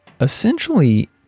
Essentially